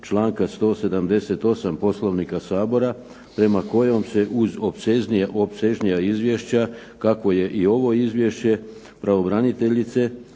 članka 178. Poslovnika Sabora, prema kojem se uz opsežnija izvješća kako je i ovo izvješće pravobraniteljice